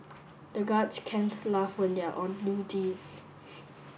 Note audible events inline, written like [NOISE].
the guards can't laugh when they are on duty [NOISE]